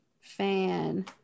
fan